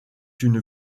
une